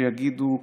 שיגידו,